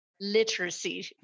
literacy